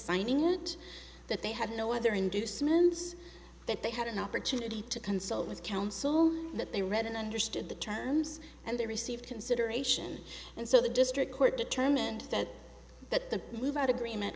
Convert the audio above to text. signing it that they had no other inducements that they had an opportunity to consult with counsel that they read and understood the terms and they received consideration and so the district court determined that the move out agreement